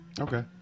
Okay